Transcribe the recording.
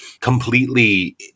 Completely